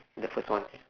the first one